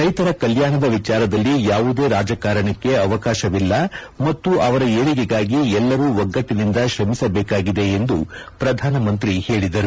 ರೈತರ ಕಲ್ಯಾಣದ ವಿಚಾರದಲ್ಲಿ ಯಾವುದೇ ರಾಜಕಾರಣಕ್ಕೆ ಅವಕಾಶವಿಲ್ಲ ಮತ್ತು ಅವರ ಏಳಿಗೆಗಾಗಿ ಎಲ್ಲರೂ ಒಗ್ಗಟ್ಟಿನಿಂದ ಶ್ರಮಿಸಬೇಕಾಗಿದೆ ಎಂದು ಪ್ರಧಾನಮಂತ್ರಿ ಹೇಳಿದರು